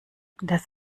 das